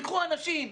ייקחו אנשים,